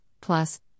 plus